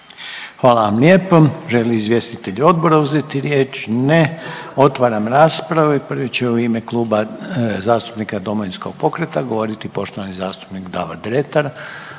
Hvala vam lijepo. Žele li izvjestitelji odbora uzeti riječ? Ne. Otvaram raspravu i prvi će u ime Kluba zastupnika Domovinskog pokreta govoriti poštovani zastupnik Davor Dretar.